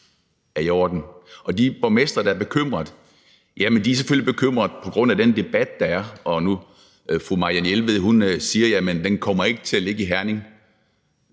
er i orden. Og de borgmestre, der er bekymrede, er selvfølgelig bekymrede på grund af den debat, der er. Nu siger fru Marianne Jelved: Jamen den kommer ikke til at ligge i Herning.